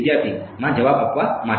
વિદ્યાર્થી માં જવાબ આપવા માટે